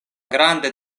granda